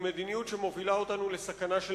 היא מדיניות שמובילה אותנו לסכנה של